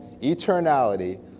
eternality